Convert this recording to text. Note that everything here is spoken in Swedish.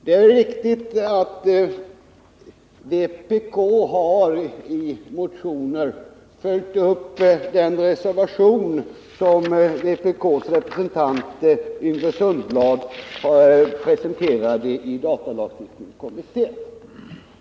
Det är riktigt att vpk i motioner har följt upp den reservation som vpk:s representant Yngve Sundblad presenterade i datalagstiftningskommittén.